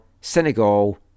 Senegal